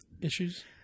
issues